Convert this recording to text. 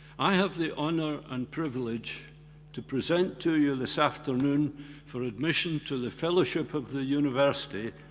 i have the honour and privilege to present to you this afternoon for admission to the fellowship of the university,